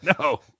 no